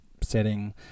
setting